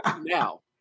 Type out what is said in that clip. now